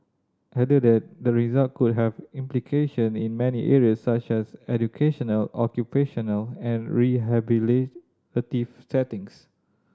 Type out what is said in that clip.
the results could have implication in many areas such as educational occupational and rehabilitative settings